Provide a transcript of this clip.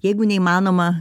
jeigu neįmanoma